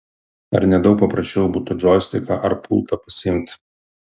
ar ne daug paprasčiau būtų džoistiką ar pultą pasiimt